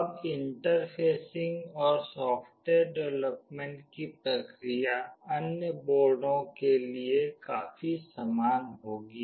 अब इंटरफेसिंग और software development की प्रक्रिया अन्य बोर्डों के लिए काफी समान होगी